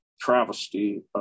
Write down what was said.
travesty